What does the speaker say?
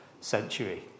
century